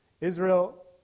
Israel